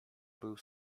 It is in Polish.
był